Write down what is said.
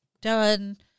done